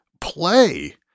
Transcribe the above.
play